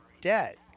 debt